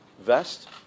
vest